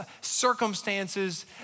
circumstances